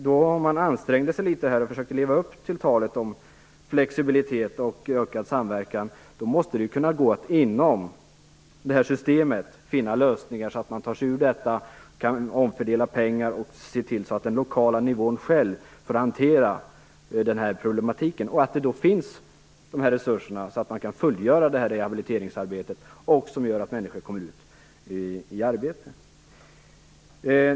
Om man anstränger sig litet och försöker leva upp till talet om flexibilitet och ökad samverkan måste det gå att inom systemet finna lösningar för att ta sig ur detta så att man kan omfördela pengar och se till så att parterna på den lokala nivån själva får hantera den här problematiken. Resurserna måste finnas så att man kan fullgöra det rehabiliteringsarbete som gör att människor kommer ut i arbete.